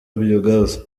biyogazi